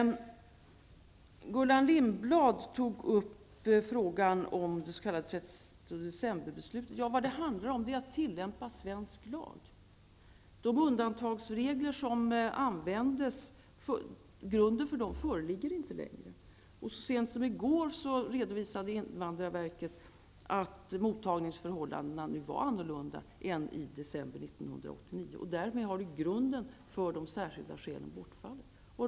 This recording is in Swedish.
Gullan Lindblad tog upp frågan om det s.k. 13 decemberbeslutet. Vad det handlar om är att tillämpa svensk lag. Grunden för de undantagsregler som användes föreligger inte längre. Så sent som i går redovisade invandrarverket att mottagningsförhållandena nu är annorlunda än i december 1989. Därmed har grunden för de särskilda skälen bortfallit.